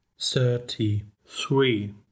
thirty-three